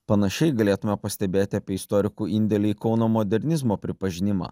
panašiai galėtume pastebėti apie istorikų indėlį į kauno modernizmo pripažinimą